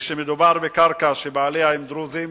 שכשמדובר בקרקע שבעליה הם דרוזים,